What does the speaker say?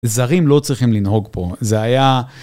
זרים לא צריכים לנהוג פה, זה היה...